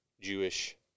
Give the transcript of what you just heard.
Jewish